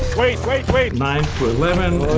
wait, wait, wait. nine to eleven,